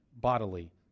bodily